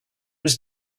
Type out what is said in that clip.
was